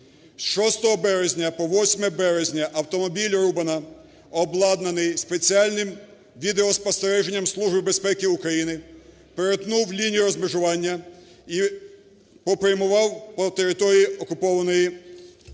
З 6 березня по 8 березня автомобіль Рубана, обладнаний спеціальним відеоспостереженням Служби безпеки України, перетнув лінію розмежування і попрямував по території окупованої